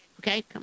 okay